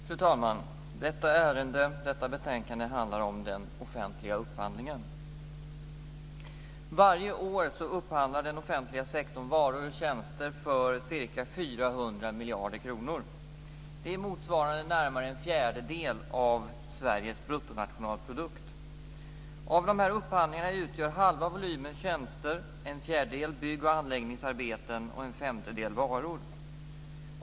Fru talman! Detta ärende och detta betänkande handlar om den offentliga upphandlingen. Varje år upphandlar den offentliga sektorn varor och tjänster för ca 400 miljarder kronor. Det motsvarar närmare en fjärdedel av Sverige bruttonationalprodukt. Av de här upphandlingarna utgör halva volymen tjänster, en fjärdedel bygg och anläggningsarbeten och en femtedel varor.